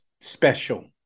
special